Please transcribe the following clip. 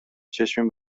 چشمی